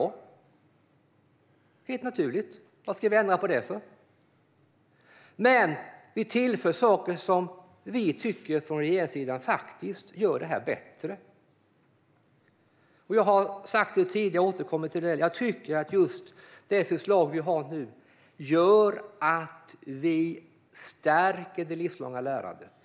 Det är helt naturligt. Varför ska vi ändra på det? Men vi på regeringssidan tillför saker som vi tycker gör detta bättre. Jag har sagt det tidigare och återkommer till det: Jag tycker att det förslag vi nu har gör att vi stärker det livslånga lärandet.